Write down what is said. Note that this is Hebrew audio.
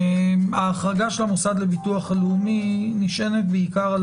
ההחרגה של המוסד לביטוח הלאומי נשענת בעיקר על